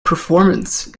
performance